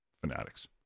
fanatics